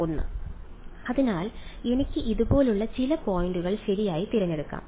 1 അതിനാൽ എനിക്ക് ഇതുപോലുള്ള ചില പോയിന്റുകൾ ശരിയായി തിരഞ്ഞെടുക്കാം